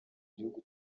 gihugu